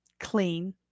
clean